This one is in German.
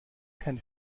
kein